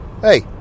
hey